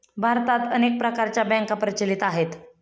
भारतात अनेक प्रकारच्या बँका प्रचलित आहेत